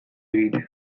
egitea